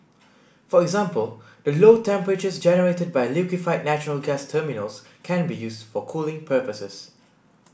for example the low temperatures generated by liquefied natural gas terminals can be used for cooling purposes